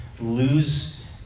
lose